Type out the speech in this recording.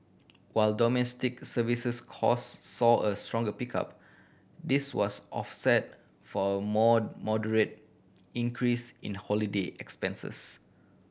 while domestic services cost saw a stronger pickup this was offset for a more moderate increase in holiday expenses